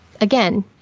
again